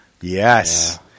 Yes